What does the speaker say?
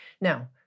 Now